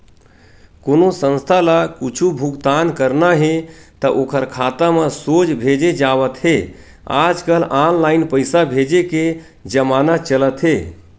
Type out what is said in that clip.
कोनो संस्था ल कुछ भुगतान करना हे त ओखर खाता म सोझ भेजे जावत हे आजकल ऑनलाईन पइसा भेजे के जमाना चलत हे